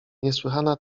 niesłychana